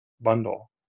bundle